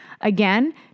Again